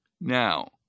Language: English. Now